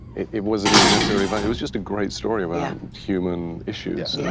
it wasn't even necessary. but it was just a great story around human issues,